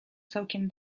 całkiem